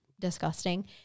disgusting